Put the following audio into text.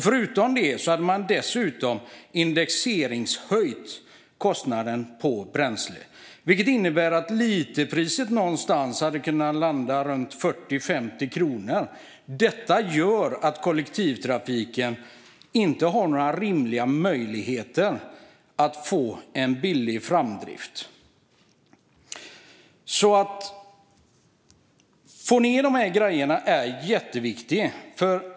Förutom det skulle de ha indexeringshöjt kostnaden på bränsle, vilket innebär att literpriset hade kunnat landa på 40-50 kronor. Detta gör att kollektivtrafiken inte har några rimliga möjligheter att få en billig drift. Att minska på dessa grejer är därför jätteviktigt.